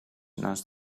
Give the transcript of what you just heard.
naast